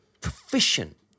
Proficient